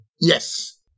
Yes